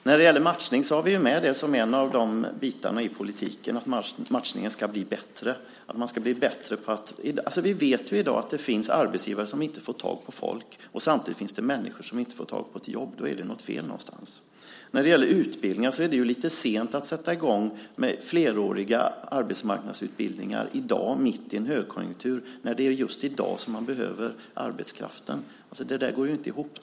Fru talman! När det gäller matchning är det en av delarna i politiken, alltså att matchningen ska bli bättre. Vi vet att det i dag finns arbetsgivare som inte får tag på folk samtidigt som det finns människor som inte får tag på ett jobb. Då är något fel någonstans. Vad beträffar utbildning är det lite sent att nu, mitt i en högkonjunktur, sätta i gång med fleråriga arbetsmarknadsutbildningar eftersom det är just i dag som arbetskraften behövs. Det går inte ihop.